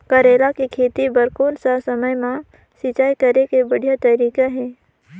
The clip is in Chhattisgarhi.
करेला के खेती बार कोन सा समय मां सिंचाई करे के बढ़िया तारीक हे?